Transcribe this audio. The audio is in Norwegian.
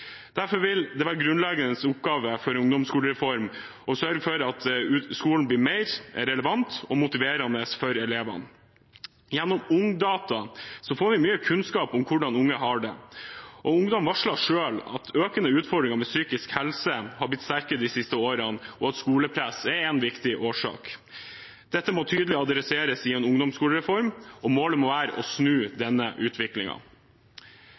Derfor vil det være en grunnleggende oppgave for en ungdomsskolereform å sørge for at skolen blir mer relevant og motiverende for elevene. Gjennom Ungdata får vi mye kunnskap om hvordan unge har det, og ungdom varsler selv at økende utfordringer med psykisk helse har blitt sterkere de siste årene, og at skolepress er en viktig årsak. Dette må tydelig tas tak i i en ungdomsskolereform, og målet må være å snu